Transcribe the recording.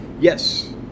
Yes